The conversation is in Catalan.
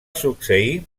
succeir